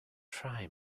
try